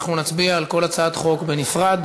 אנחנו נצביע על כל הצעת חוק בנפרד.